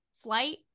flight